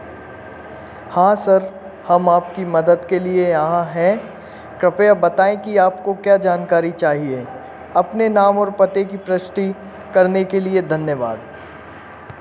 हाँ सर हम आपकी मदद के लिए यहाँ हैं कृपया बताएँ कि आपको क्या जानकारी चाहिए अपने नाम और पते की प्रविष्टि करने के लिए धन्यवाद